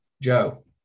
Joe